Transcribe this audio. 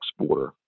exporter